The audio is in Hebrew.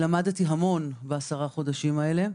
המון בעשרה החודשים האלה.